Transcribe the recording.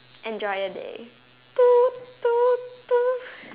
enjoy your day